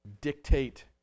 dictate